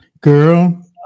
girl